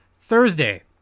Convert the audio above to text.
Thursday